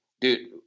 dude